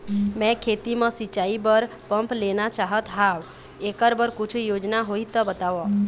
मैं खेती म सिचाई बर पंप लेना चाहत हाव, एकर बर कुछू योजना होही त बताव?